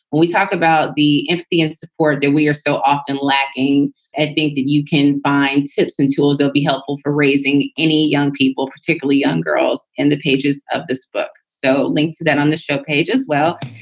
when we talk about the empathy and support that we are so often lacking and think that you can buy tips and tools, that'll be helpful for raising any young people, particularly young girls in the pages of this book. so links to that on this show page as well.